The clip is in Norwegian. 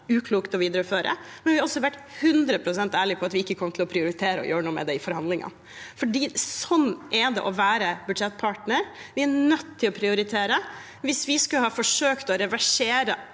uklokt å videreføre den. Men vi har også vært 100 pst. ærlig på at vi ikke kommer til å prioritere å gjøre noe med den i forhandlingene, for sånn er det å være budsjettpartner. Vi er nødt til å prioritere. Hvis vi skulle ha forsøkt å reversere